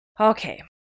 Okay